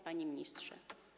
Panie Ministrze!